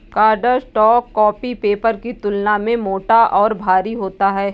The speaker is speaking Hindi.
कार्डस्टॉक कॉपी पेपर की तुलना में मोटा और भारी होता है